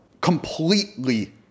Completely